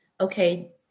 okay